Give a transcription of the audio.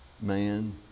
man